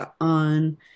on